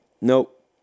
Nope